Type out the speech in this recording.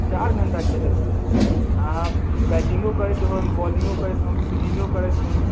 चारि घंटा खेलै छियै तऽ अहाँ बैटिंगो करैत होम बॉलिंगो करैत होम फील्डिंगो करैत होम